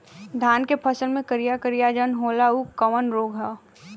धान के फसल मे करिया करिया जो होला ऊ कवन रोग ह?